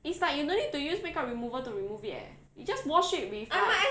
it's like you no need to use makeup removal to remove it eh you just wash it with like